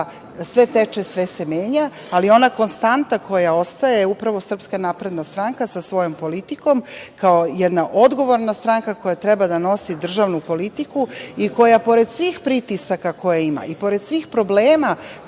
sve teče, sve se menja, ali ona konstanta koja ostaje je upravo Srpska napredna stranka sa svojom politikom, kao jedna odgovorna stranka koja treba da nosi državnu politiku i koja pored svih pritisaka koje ima, i pored svih problema